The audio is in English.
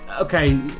okay